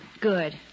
Good